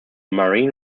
marine